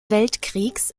weltkriegs